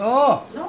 who said no